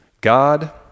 God